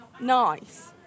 nice